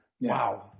Wow